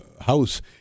house